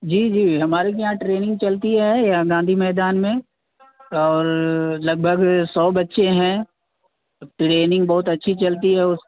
جی جی ہمارے کے یہاں ٹریننگ چلتی ہے یہاں گاندھی میدان میں اور لگ بھگ سو بچے ہیں ٹرینگ بہت اچھی چلتی ہے اس